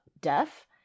deaf